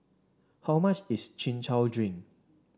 how much is Chin Chow Drink